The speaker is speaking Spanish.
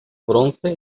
bronce